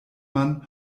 man